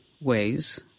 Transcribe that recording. ways